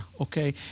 okay